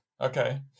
Okay